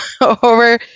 over